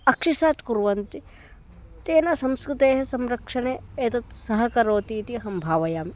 अक्षिसात् कुर्वन्ति तेन संस्कृतेः संरक्षणे एतद् सहकरोति इति अहं भावयामि